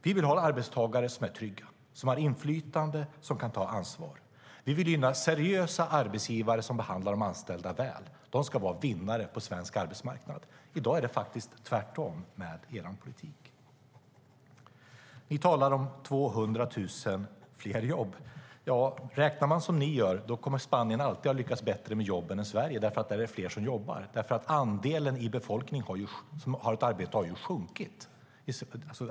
Vi vill ha arbetstagare som är trygga, som har inflytande och som kan ta ansvar. Vi vill gynna seriösa arbetsgivare som behandlar de anställda väl. De ska vara vinnare på svensk arbetsmarknad. I dag är det faktiskt tvärtom med er politik. Ni talar om 200 000 fler jobb. Räknar man som ni kommer Spanien alltid att ha lyckats bättre med jobben än Sverige, för där är det fler som jobbar. Den andel av befolkningen som har ett arbete har ju minskat!